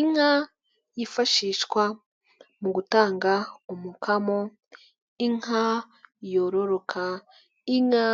Inka yifashishwa mu gutanga umukamo, inka yororoka, inka